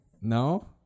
No